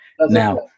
Now